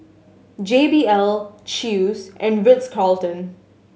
J B L Chew's and Ritz Carlton